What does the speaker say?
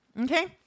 Okay